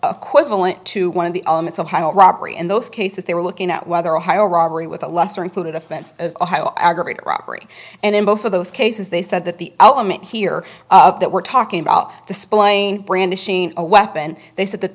and to one of the elements of robbery in those cases they were looking at whether ohio robbery with a lesser included offense aggravated robbery and in both of those cases they said that the element here that we're talking about displaying brandishing a weapon they said that